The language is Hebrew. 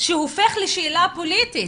שהופך לשאלה פוליטית.